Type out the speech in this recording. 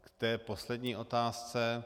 K té poslední otázce.